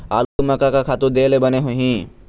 आलू म का का खातू दे ले बने होही?